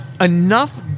enough